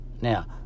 Now